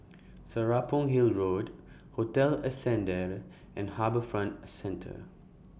Serapong Hill Road Hotel Ascendere and HarbourFront Centre